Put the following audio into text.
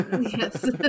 Yes